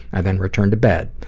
i then returned to bed.